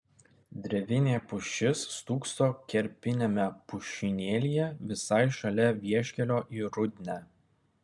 drevinė pušis stūkso kerpiniame pušynėlyje visai šalia vieškelio į rudnią